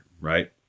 right